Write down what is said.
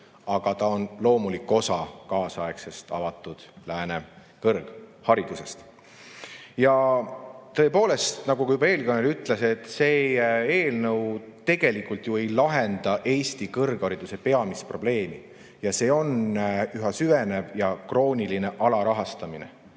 aga ta on loomulik osa kaasaegsest avatud lääne kõrgharidusest. Ja tõepoolest, nagu ka eelkõneleja ütles, see eelnõu tegelikult ju ei lahenda Eesti kõrghariduse peamist probleemi, milleks on üha süvenev ja krooniline alarahastamine.